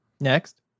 Next